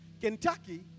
Kentucky